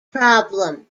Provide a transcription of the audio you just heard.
problem